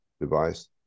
device